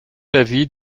l’avis